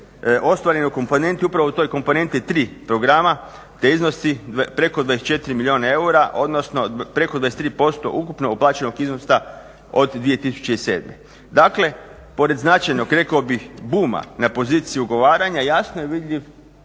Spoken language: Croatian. ostvaren je upravo u toj komponenti III programa te iznosi preko 24 milijuna eura, odnosno preko 23% ukupnog uplaćenog iznosa od 2007. Dakle, pored značajnog rekao bih booma na poziciji ugovaranja, jasno je vidljiv